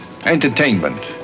Entertainment